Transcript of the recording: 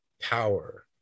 power